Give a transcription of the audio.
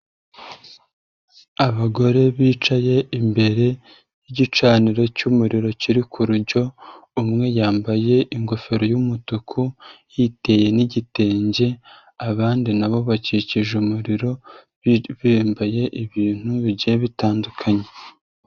Abagore bicaye imbere y'igicaniro cy'umuriro kiri ku rujyo, umwe yambaye ingofero y'umutuku yiteye n'igitenge, abandi na bo bakikije umuriro bambaye ibintu bigiye bitandukanye.